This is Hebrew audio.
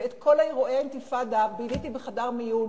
ואת כל אירועי האינתיפאדה ביליתי בחדר המיון,